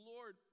Lord